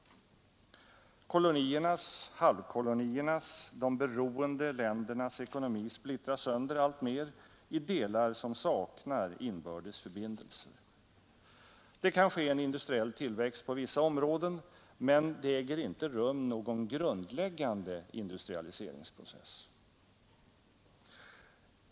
Koloniernas, halvkoloniernas, de beroende ländernas ekonomi splittras sönder alltmera i delar som saknar inbördes förbindelser. Det kan ske en industriell tillväxt på vissa områden, men det äger inte rum någon grundläggande industrialiseringsprocess.